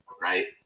right